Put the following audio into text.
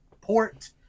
port